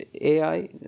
AI